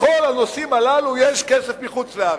בכל הנושאים הללו יש כסף מחוץ-לארץ.